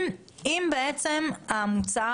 למה צריך